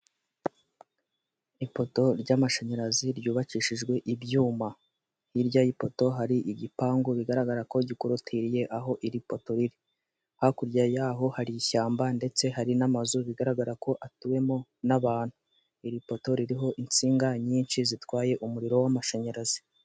Ifoto ry'amashanyarazi ryubakishijwe ibyuma, hirya y'ipoto hari igipangu bigaragara ko gikoroteririye aho iri poto iri. Hakurya yaho hari ishyamba ndetse hari n'amazu bigaragara ko atuwemo n'abantu iri poto ririho insinga nyinshi zitwaye umuriro w'amashanyarazi.